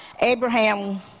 Abraham